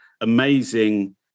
amazing